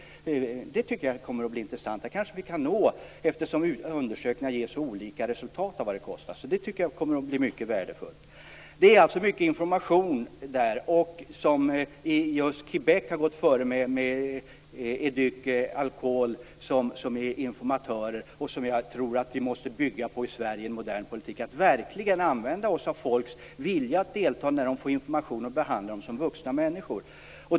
Det tycker jag kommer att bli intressant. Undersökningarna ger ju så olika resultat. Det kommer att bli mycket värdefullt. I Quebec är det alltså fråga om mycket information genom Éduc'alcool, en informationsorganisation. Jag tror att vi i Sverige måste bygga en modern politik på att använda folks vilja att delta när de får information och på att behandla dem som vuxna människor.